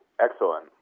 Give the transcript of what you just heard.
Excellent